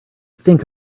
think